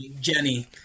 Jenny